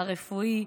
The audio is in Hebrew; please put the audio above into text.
הרפואי,